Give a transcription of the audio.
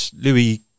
Louis